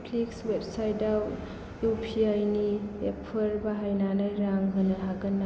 Netflix वेबसाइटाव इउपिआइनि एपफोर बाहायनानै रां होनो हागोन नामा